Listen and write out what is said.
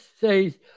says